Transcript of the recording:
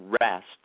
rest